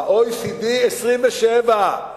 ה-OECD, 27%,